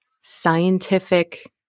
scientific